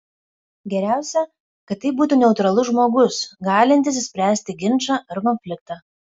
geriausia kad tai būtų neutralus žmogus galintis išspręsti ginčą ar konfliktą